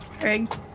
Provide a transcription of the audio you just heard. Greg